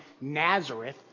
Nazareth